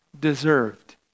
deserved